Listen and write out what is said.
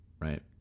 right